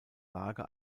lage